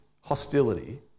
hostility